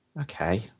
okay